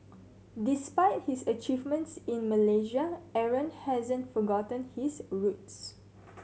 despite his achievements in Malaysia Aaron hasn't forgotten his roots